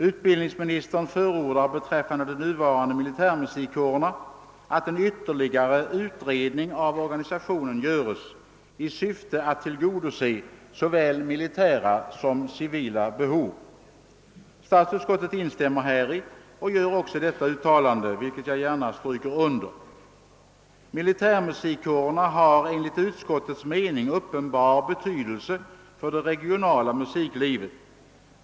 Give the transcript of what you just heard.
Utbildningsministern förordar beträffande de nuvarande militärmusikkårerna att en ytterligare utredning av organisationen göres i syfte att tillgodose såväl militära som civila behov. Statsutskottet instämmer häri och gör också följande uttalande, vilket jag gärna stryker under: »Militärmusikkårerna har enligt utskottets mening uppenbar betydelse för det regionala musiklivet.